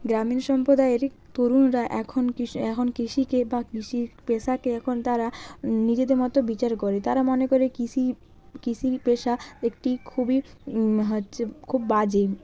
গ্রামীণ সম্প্রদায়ের তরুণরা এখন এখন কৃষিকে বা কৃষির পেশাকে এখন তারা নিজেদের মতো বিচার করে তারা মনে করে কৃষি কৃষি পেশা একটি খুবই হচ্ছে খুব বাজে